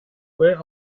where